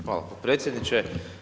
Hvala potpredsjedniče.